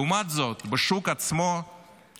לעומת זאת, בשוק עצמו המצב